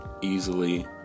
easily